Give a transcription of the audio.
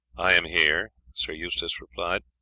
i am here, sir eustace replied,